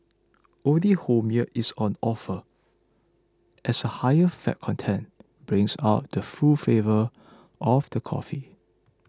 only whole milk is on offer as the higher fat content brings out the full flavour of the coffee